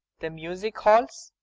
the music-halls.